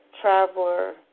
traveler